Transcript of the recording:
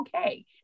okay